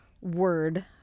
word